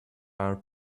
are